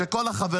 של כל החברים,